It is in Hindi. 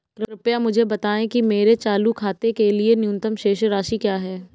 कृपया मुझे बताएं कि मेरे चालू खाते के लिए न्यूनतम शेष राशि क्या है?